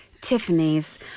Tiffany's